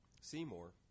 Seymour